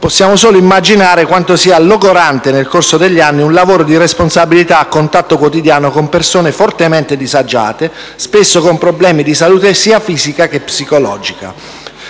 Possiamo solo immaginare quanto sia logorante, nel corso degli anni, un lavoro di responsabilità a contatto quotidiano con persone fortemente disagiate, spesso con problemi di salute sia fisica che psicologica.